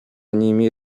nimi